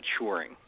maturing